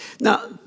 Now